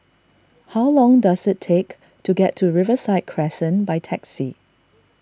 how long does it take to get to Riverside Crescent by taxi